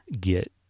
get